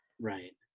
Right